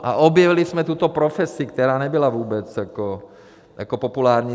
A objevili jsme tuto profesi, která nebyla vůbec jako populární.